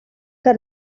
que